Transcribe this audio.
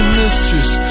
mistress